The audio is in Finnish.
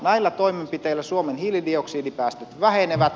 näillä toimenpiteillä suomen hiilidioksidipäästöt vähenevät